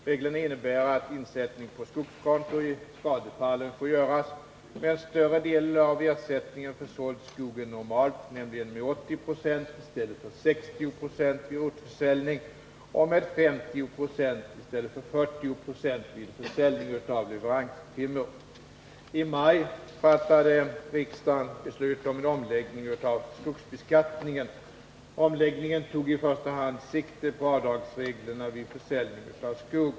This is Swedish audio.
Reglerna innebär att insättning på skogskonto i skadefallen får göras med en större del av ersättningen för såld skog än normalt, nämligen med 80 96 i stället för 60 90 vid rotförsäljning och 50 9 i stället för 40 0 vid försäljning av leveranstimmer. I maj fattade riksdagen beslut om en omläggning av skogsbeskattningen. Omläggningen tog i första hand sikte på avdragsreglerna vid försäljning av skog.